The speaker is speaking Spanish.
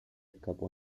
escapó